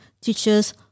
teachers